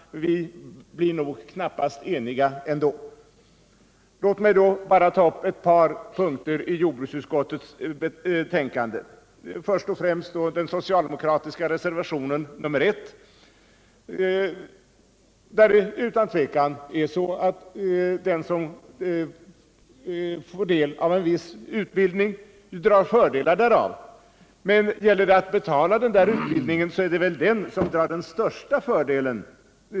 Vi blir nog knappast eniga ändå. Låt mig bara ta upp ett par punkter i jordbruksutskottets betänkande, först och främst den socialdemokratiska reservationen 1. Här är det ju utan tvivel så att den som får del av viss utbildning drar fördelar därav. Men när det gäller att betala utbildningen är det väl den som drar den största fördelen —t.ex.